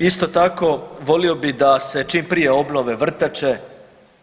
Isto tako volio bih da se čim prije obnove vrtače,